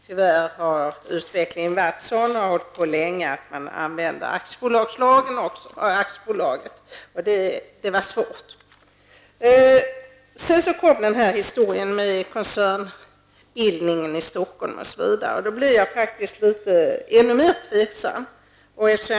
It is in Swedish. Tyvärr har utvecklingen länge varit att man använder aktiebolagslagen också för detta ändamål. Det var svårt. Efter historien med koncernbildning i Stockholm blev jag ännu mer tveksam.